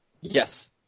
Yes